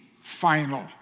final